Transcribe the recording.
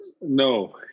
No